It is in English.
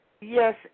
Yes